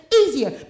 easier